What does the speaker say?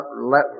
let